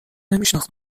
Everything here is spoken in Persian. نمیشناخت